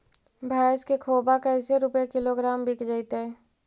भैस के खोबा कैसे रूपये किलोग्राम बिक जइतै?